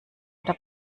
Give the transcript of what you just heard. oder